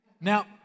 Now